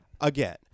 again